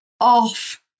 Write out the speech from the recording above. off